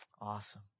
Awesome